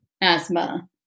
asthma